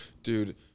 Dude